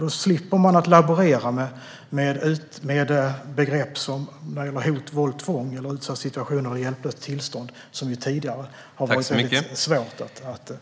Då slipper man laborera med begrepp som hot, våld, tvång, utsatta situationer och hjälplöst tillstånd, vilka har varit väldigt svåra att hantera.